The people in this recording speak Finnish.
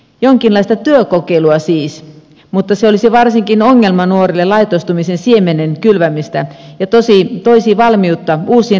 jonkinlaista työkokeilua siis mutta se olisi varsinkin ongelmanuorille laitostumisen siemenen kylvämistä ja toisi valmiutta uusiin rikoksiin